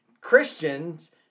Christians